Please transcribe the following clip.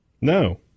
No